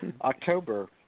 October